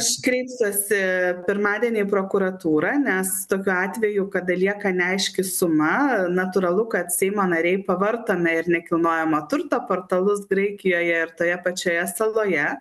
aš kreipsiuosi pirmadienį į prokuratūrą nes tokiu atveju kada lieka neaiški suma natūralu kad seimo nariai pavartome ir nekilnojamo turto portalus graikijoje ir toje pačioje saloje